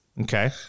Okay